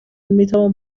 میتوان